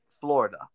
Florida